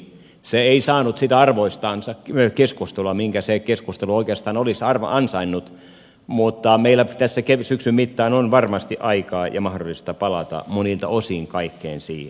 se ei saanut sitä arvoistansa keskustelua minkä se keskustelu oikeastaan olisi ansainnut mutta meillä tässä syksyn mittaan on varmasti aikaa ja mahdollisuutta palata monilta osin kaikkeen siihen